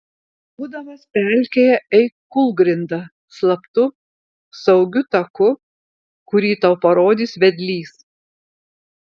būdamas pelkėje eik kūlgrinda slaptu saugiu taku kurį tau parodys vedlys